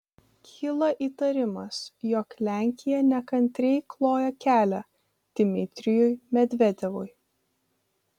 kyla įtarimas jog lenkija nekantriai kloja kelią dmitrijui medvedevui